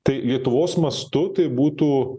tai lietuvos mastu tai būtų